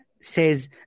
Says